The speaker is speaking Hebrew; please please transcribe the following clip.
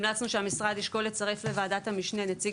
המלצנו שהמשרד ישקול לצרף לוועדת המשנה נציג